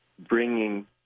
bringing